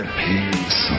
peace